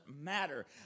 matter